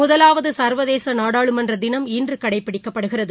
முதலாவது சர்வதேச நாடாளுமன்ற தினம் இன்று கடைப்பிடிக்கப்படுகிறது